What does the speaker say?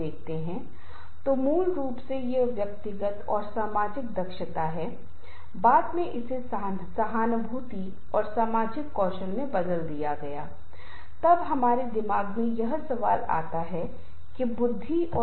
अगर ये दो चीजें हो रही हैं तो निश्चित रूप से समूह बहुत अच्छी तरह से काम करेगा और लक्ष्य को प्राप्त करेगा